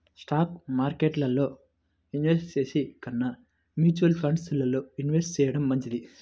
stock మార్కెట్టులో invest చేసే కన్నా మ్యూచువల్ ఫండ్స్ లో ఇన్వెస్ట్ చెయ్యడం మంచిది